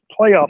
playoff